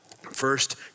First